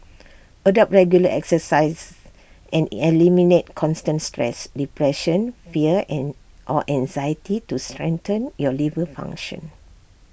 adopt regular exercise and eliminate constant stress depression fear and or anxiety to strengthen your liver function